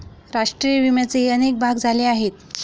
राष्ट्रीय विम्याचेही अनेक भाग झाले आहेत